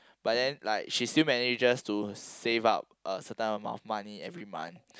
but then like she still manages to save up a certain amount money every month